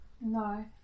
No